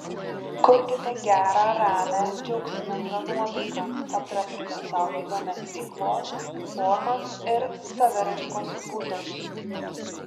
kurkite gerą ramią džiaugsmingą nuotaiką atraskite sau įdomias veiklos formas ir saviraiškos būdus